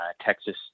Texas